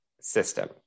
system